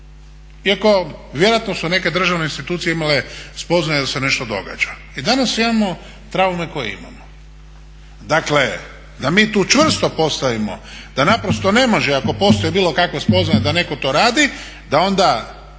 iako vjerojatno su neke državne institucije imale spoznaje da se nešto događa. I danas imamo traume koje imamo. Dakle da mi tu čvrsto postavimo, da naprosto ne može ako postoji bilo kakva spoznaja da netko to radi, da onda